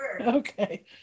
Okay